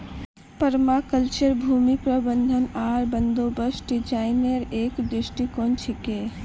permaculture भूमि प्रबंधन आर बंदोबस्त डिजाइनेर एक दृष्टिकोण छिके